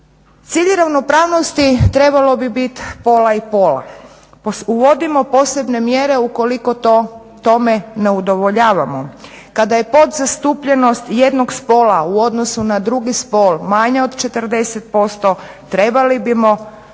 Cilj ravnopravnosti trebalo bi bit pola i pola. Uvodimo posebne mjere ukoliko tome ne udovoljavamo, kada je podzastupljenost jednog spola u odnosu na drugi spol manja od 40%, trebali bismo